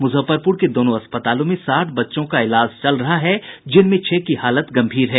मुजफ्फरपुर के दोनों अस्पतालों में साठ बच्चों का इलाज चल रहा है जिनमें छह की हालत गंभीर है